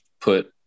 put